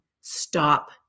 stop